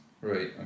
Right